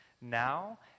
Now